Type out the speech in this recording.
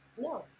No